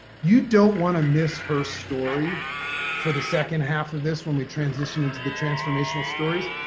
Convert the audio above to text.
you don't want to miss her story for the second half of this when we transition into the transformational stories.